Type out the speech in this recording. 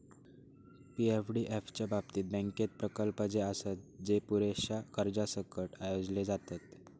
पी.एफडीएफ च्या बाबतीत, बँकेत प्रकल्प जे आसत, जे पुरेशा कर्जासकट आयोजले जातत